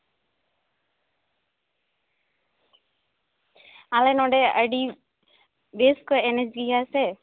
ᱟᱞᱮ ᱱᱚᱸᱰᱮ ᱟᱹᱰᱤ ᱵᱮᱥ ᱠᱚ ᱮᱱᱮᱡ ᱜᱮᱭᱟ ᱥᱮ